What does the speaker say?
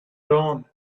dawn